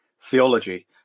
theology